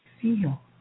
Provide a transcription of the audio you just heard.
feel